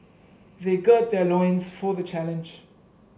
they gird their loins for the challenge